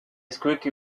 squeaky